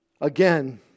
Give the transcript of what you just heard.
Again